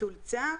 ביטול צו.